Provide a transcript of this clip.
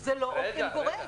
זה לא אופן גורף,